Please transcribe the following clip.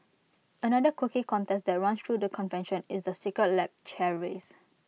another quirky contest that runs through the convention is the secret lab chair race